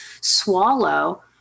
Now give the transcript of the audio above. swallow